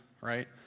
right